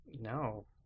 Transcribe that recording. No